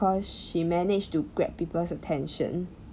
cause she managed to grab people's attention